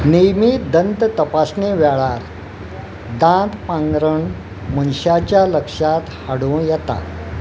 नेमी दंत तपासणे वेळार दांत पांगरण मनशाच्या लक्षांत हाडूं येता